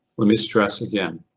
let me stress again,